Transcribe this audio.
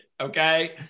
okay